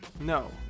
No